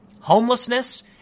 homelessness